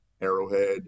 Arrowhead